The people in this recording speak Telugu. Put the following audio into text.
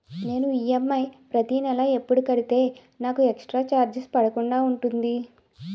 నేను ఈ.ఎం.ఐ ప్రతి నెల ఎపుడు కడితే నాకు ఎక్స్ స్త్ర చార్జెస్ పడకుండా ఉంటుంది?